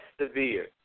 severe